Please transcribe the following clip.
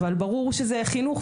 אבל ברור שזה חינוך,